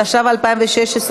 התשע"ו 2016,